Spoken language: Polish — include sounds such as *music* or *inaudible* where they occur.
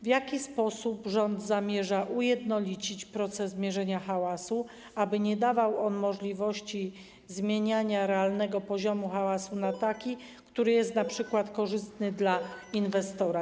W jaki sposób rząd zamierza ujednolicić proces mierzenia hałasu, aby nie dawał on możliwości zmieniania realnego poziomu hałasu na taki, który jest np. korzystny dla *noise* inwestora?